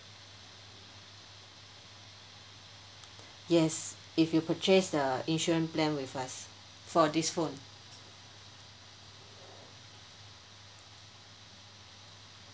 yes if you purchase the insurance plan with us for this phone